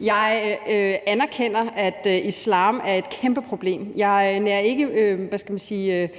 Jeg anerkender, at islam er et kæmpeproblem. Jeg har, hvad skal man sige,